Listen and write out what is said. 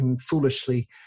foolishly